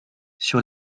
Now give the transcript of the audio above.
sur